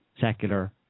secular